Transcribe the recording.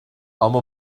ama